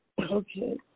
Okay